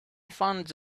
found